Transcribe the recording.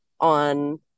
on